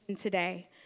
today